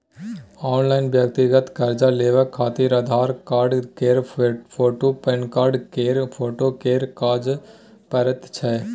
online व्यक्तिगत कर्जा लेबाक खातिर आधार कार्ड केर फोटु, पेनकार्ड केर फोटो केर काज परैत छै